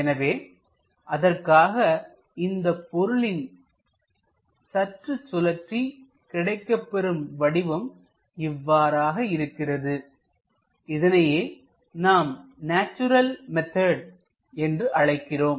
எனவே அதற்காக இந்தப் பொருளில் சற்று சுழற்றி கிடைக்கப்பெறும் வடிவம் இவ்வாறாக இருக்கிறது இதனையே நாம் நேச்சுரல் மெத்தட் என்று அழைக்கிறோம்